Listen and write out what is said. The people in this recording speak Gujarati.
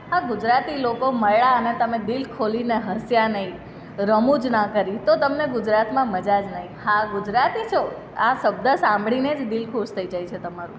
આ ગુજરાતી લોકો મળ્યા અને તમે દિલ ખોલીને હસ્યાં નહીં રમુજ ના કરી તો તમને ગુજરાતમાં મજા જ નહીં હા ગુજરાતી છો આ શબ્દ સાંભળીને જ દિલ ખુશ થઈ જાય છે તમારું